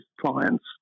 clients